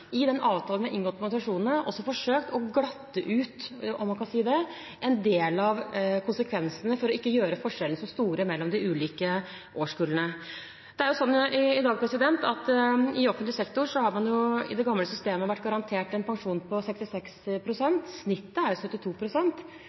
i den avtalen vi har inngått med organisasjonene, også forsøkt å glatte ut – om man kan si det – en del av konsekvensene for ikke å gjøre forskjellene så store mellom de ulike årskullene. I offentlig sektor har man i det gamle systemet vært garantert en pensjon på 66 pst. Snittet er